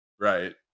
right